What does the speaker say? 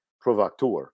provocateur